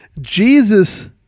Jesus